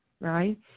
Right